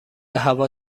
هوا